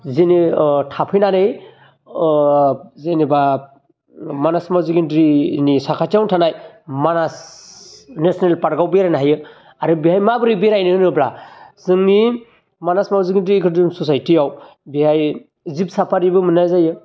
जोङो थाफैनानै अह जेनोबा मानास मावजिगेन्द्रिनि साखाथियावनो थानाय मानास नेसनेल पार्कआव बेरायनो हायो आरो बेहाय माब्रै बेराय हैनो होनोब्ला जोंनि मानास मावजिगेन्द्रि एकोदोजम सचाइटियाव बेहाय जिब साफारिबो मोन्नाय जायो